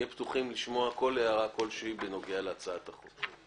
פתוחים לשמוע כל הערה בנוגע להצעת החוק.